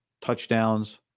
touchdowns